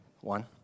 One